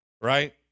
Right